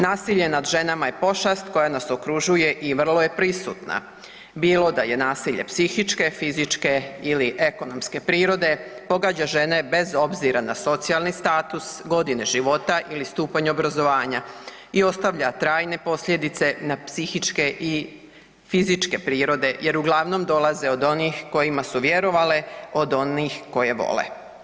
Nasilje nad ženama je pošast koja nas okružuje i vrlo je prisutna, bilo da je nasilje psihičke, fizičke ili ekonomske prirode pogađa žene bez obzira na socijalni status, godine života ili stupanj obrazovanja i ostavlja trajne posljedice na psihičke i fizičke prirode jer uglavnom dolaze od onih kojima su vjerovale, od onih koje vole.